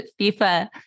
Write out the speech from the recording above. FIFA